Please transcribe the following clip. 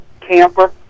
camper